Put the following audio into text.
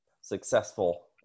successful